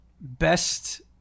best